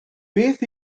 beth